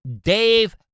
Dave